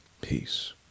peace